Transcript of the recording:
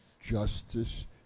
justice